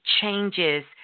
changes